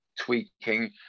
tweaking